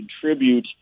contribute